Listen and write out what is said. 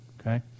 okay